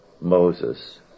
Moses